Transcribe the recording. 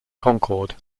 concord